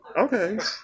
Okay